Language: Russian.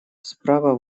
справа